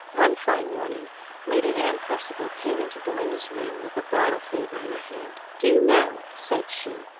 one fine morning lady anne percival came into belinda's room with a bridal favour in her hand. do you know, said she,